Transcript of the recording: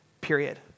period